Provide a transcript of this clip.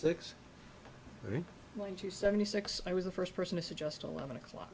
one to seventy six i was the first person to suggest eleven o'clock